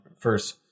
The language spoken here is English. first